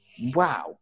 wow